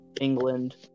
England